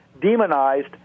demonized